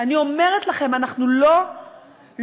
אני אומרת לכם, אנחנו לא יודעים,